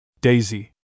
Daisy